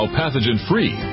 pathogen-free